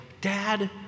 Dad